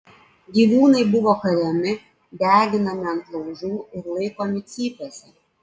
gyvūnai buvo kariami deginami ant laužų ir laikomi cypėse